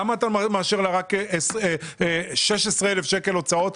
למה אתה מאשר לה רק 16,000 ₪ הוצאות?